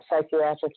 psychiatric